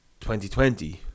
2020